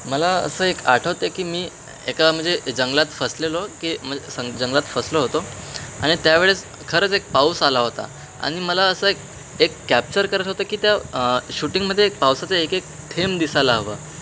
मला असं एक आठवतं की मी एका म्हणजे जंगलात फसलेलो की म्हणजे सं जंगलात फसलो होतो आणि त्यावेळेस खरंच एक पाऊस आला होता आणि मला असं एक एक कॅप्चर करत होतं की त्या शूटिंगमध्ये एक पावसाचं एक एक थेंब दिसायला हवा